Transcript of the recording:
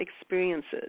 experiences